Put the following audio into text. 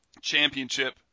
championship